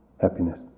happiness